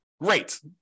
great